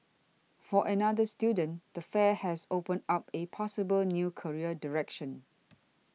for another student the fair has opened up a possible new career direction